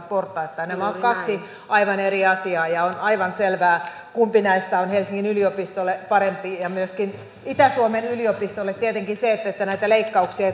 portaittain nämä ovat kaksi aivan eri asiaa ja on aivan selvää kumpi näistä on helsingin yliopistolle parempi ja myöskin itä suomen yliopistolle tietenkin se että näitä leikkauksia